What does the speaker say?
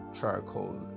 charcoal